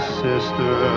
sister